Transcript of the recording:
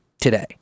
today